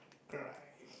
cry